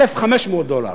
1,500 דולר.